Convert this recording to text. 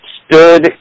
stood